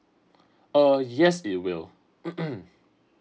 err yes it will